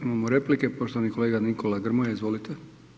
Imamo replike, poštovani kolega Nikola Grmoja, izvolite.